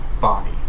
body